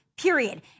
Period